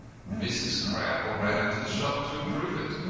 mrs. crowl ran into the shop to improve it.